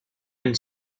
and